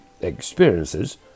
experiences